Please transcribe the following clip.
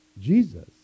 Jesus